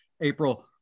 April